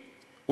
יהודי.